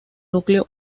núcleo